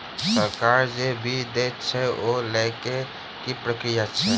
सरकार जे बीज देय छै ओ लय केँ की प्रक्रिया छै?